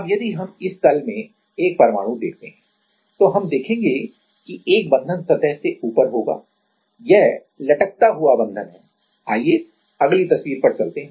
अब यदि हम इस तल में एक परमाणु देखते हैं तो हम देखेंगे कि एक बंधन सतह से ऊपर होगा यह लटकता हुआ बंधन है आइए अगली तस्वीर पर चलते हैं